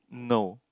no